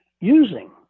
using